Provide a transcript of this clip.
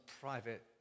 private